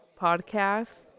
podcast